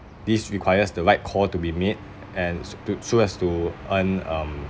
this requires the right call to be made and s~ to so as to earn um